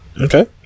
Okay